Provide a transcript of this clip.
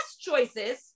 choices